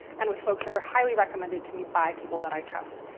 and with folks that are highly recommended to me by people that i trust.